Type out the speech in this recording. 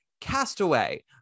Castaway